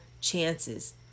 chances